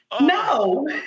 No